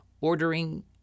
ordering